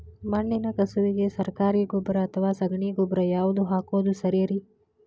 ಮಣ್ಣಿನ ಕಸುವಿಗೆ ಸರಕಾರಿ ಗೊಬ್ಬರ ಅಥವಾ ಸಗಣಿ ಗೊಬ್ಬರ ಯಾವ್ದು ಹಾಕೋದು ಸರೇರಿ?